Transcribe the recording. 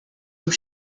aux